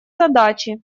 задачи